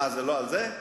זה לא הנושא הזה?